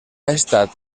estat